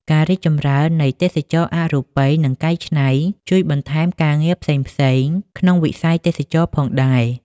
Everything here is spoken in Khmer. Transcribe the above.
ការរីកចម្រើននៃទេសចរណ៍អរូបី និងកែច្នៃ ជួយបន្ថែមការងារផ្សេងៗក្នុងវិស័យទេសចរណ៍ផងដែរ។